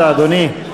מופז, איננו.